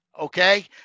okay